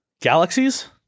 galaxies